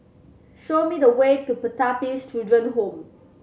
show me the way to Pertapis Children Home